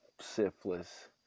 syphilis